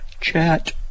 chat